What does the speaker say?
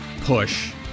push